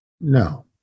no